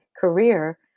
career